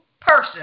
person